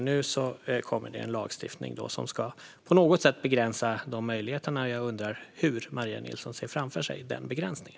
Nu kommer dock en lagstiftning som på något sätt ska begränsa de möjligheterna. Hur ser Maria Nilsson på den begränsningen?